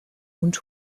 und